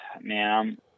man